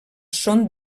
són